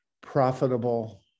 profitable